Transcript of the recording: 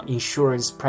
Insurance